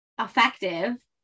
effective